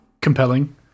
compelling